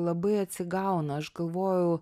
labai atsigauna aš galvojau